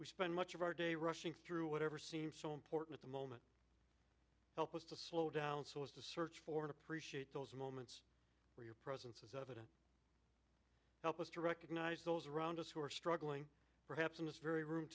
we spend much of our day rushing through whatever seems so important the moment help us to slow down so as to search for it appreciate those moments where your presence is evident help us to recognize those around us who are struggling perhaps in this very room